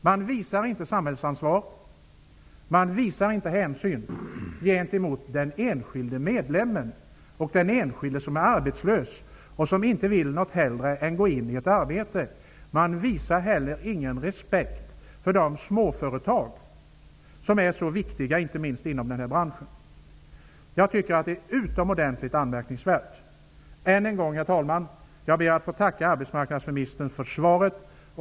Man tar inte samhällsansvar, man visar inte hänsyn gentemot den enskilde medlemmen och den enskilde som är arbetslös och som inget hellre vill än att gå in i ett arbete. Man visar heller ingen respekt för de småföretag som är så viktiga, inte minst inom denna bransch. Jag tycker att det är utomordentligt anmärkningsvärt. Än en gång, herr talman, ber jag att få tacka arbetsmarknadsministern för svaret.